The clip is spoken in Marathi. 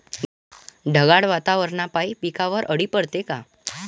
ढगाळ वातावरनापाई पिकावर अळी पडते का?